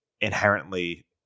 inherently